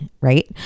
right